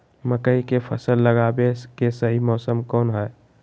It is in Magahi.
मकई के फसल लगावे के सही मौसम कौन हाय?